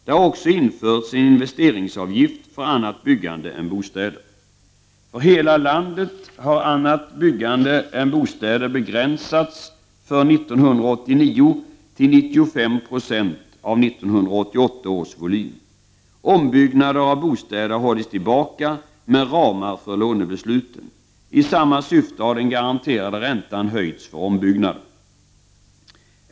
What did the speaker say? Där har också införts en investeringsavgift för annat byggande än bostäder. För hela landet har annat byggande än bostäder begränsats för 1989 till 95 96 av 1988 års volym. Ombyggnader av bostäder har hållits tillbaka med ramar för lånebesluten. I samma syfte har den garanterade räntan höjts för ombyggnader.